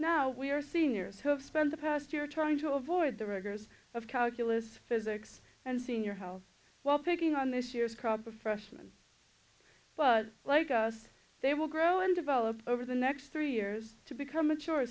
now we are seniors who have spent the past year trying to avoid the rigors of calculus physics and senior house while taking on this year's crop of freshman but like us they will grow and develop over the next three years to become